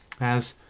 as,